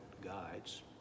guides